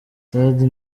thandi